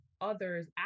others